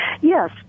Yes